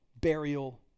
burial